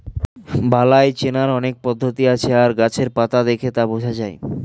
বালাই চেনার অনেক পদ্ধতি আছে আর গাছের পাতা দেখে তা বোঝা যায়